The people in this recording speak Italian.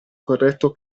corretto